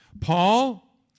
paul